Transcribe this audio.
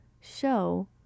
show